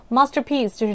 Masterpiece